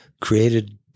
created